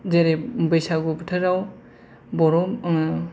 जेरै बैसागु बोथोराव बर' ओ